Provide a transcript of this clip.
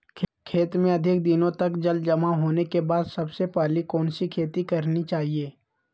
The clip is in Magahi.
खेत में अधिक दिनों तक जल जमाओ होने के बाद सबसे पहली कौन सी खेती करनी चाहिए?